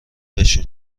بشین